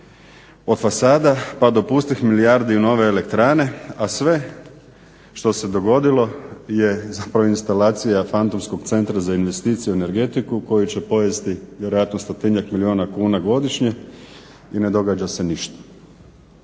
Od fasada pa do pustih milijardi u nove elektrane, a sve što se dogodilo je zbog ovih instalacija fantomskog centra za investicije u energetiku koji će pojesti vjerojatno stotinjak milijuna kuna godišnje i ne događa se ništa.